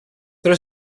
are